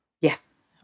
Yes